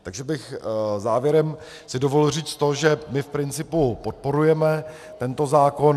Takže bych si závěrem dovolil říct to, že my v principu podporujeme tento zákon.